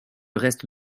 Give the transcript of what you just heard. reste